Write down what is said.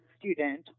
student